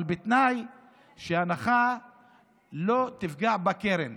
אבל בתנאי שההנחה לא תפגע בקרן.